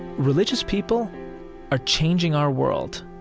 religious people are changing our world.